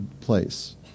place